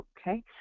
Okay